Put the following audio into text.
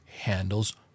handles